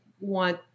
want